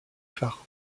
phares